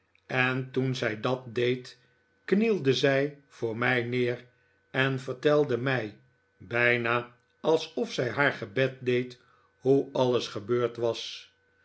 en toen zij dat deed knielde zij voor mij neer en vertelde mij bijna alsof zij haar gebed deed hoe alles gebeurd was